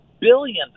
billions